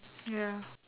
ya